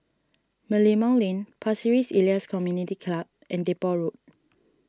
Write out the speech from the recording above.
Merlimau Lane Pasir Ris Elias Community Club and Depot Road